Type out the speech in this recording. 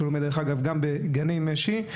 שלומד גם ב"גני מש"י",